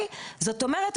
זאת אומרת,